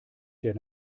der